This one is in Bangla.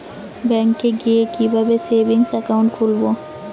ব্যাঙ্কে গিয়ে কিভাবে সেভিংস একাউন্ট খুলব?